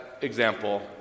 example